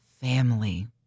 Family